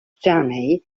jenny